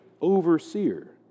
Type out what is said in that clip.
overseer